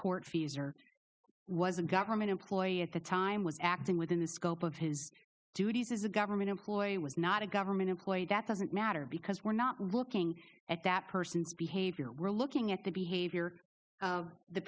tortfeasor was a government employee at the time was acting within the scope of his duties as a government employee was not a government employee that doesn't matter because we're not looking at that person's behavior we're looking at the behavior of the